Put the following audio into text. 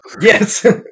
Yes